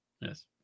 Yes